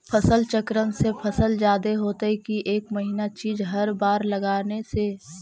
फसल चक्रन से फसल जादे होतै कि एक महिना चिज़ हर बार लगाने से?